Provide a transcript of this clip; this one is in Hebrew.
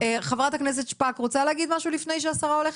חברת הכנסת שפק רוצה להגיד משהו לפני שהשרה הולכת?